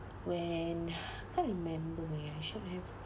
when can't remember ah I should have